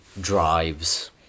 drives